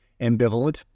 ambivalent